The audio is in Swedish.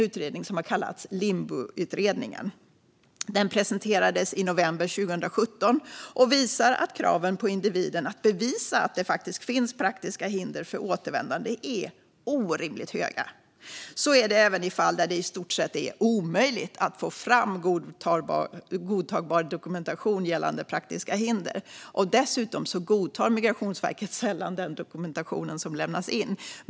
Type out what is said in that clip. Utredningen, som har kallats Limboutredningen, presenterade sitt betänkande i november 2017 och visar att kraven på individen att bevisa att det faktiskt finns praktiska hinder för återvändande är orimligt höga. Så är det även i fall där det i stort sett är omöjligt att få fram godtagbar dokumentation gällande praktiska hinder. Dessutom godtar Migrationsverket sällan den dokumentation som lämnas.